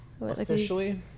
officially